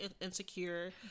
insecure